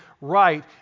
right